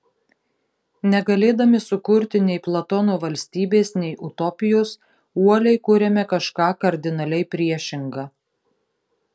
negalėdami sukurti nei platono valstybės nei utopijos uoliai kuriame kažką kardinaliai priešinga